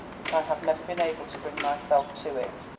but i have never been able to bring myself to it.